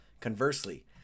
Conversely